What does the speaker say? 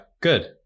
Good